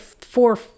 four